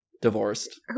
Divorced